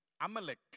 Amalek